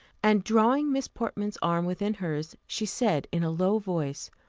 and, drawing miss portman's arm within hers, she said, in a low voice,